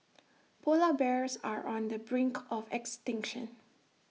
Polar Bears are on the brink of extinction